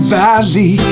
valley